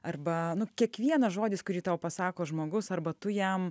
arba nu kiekvienas žodis kurį tau pasako žmogus arba tu jam